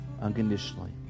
unconditionally